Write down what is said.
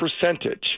percentage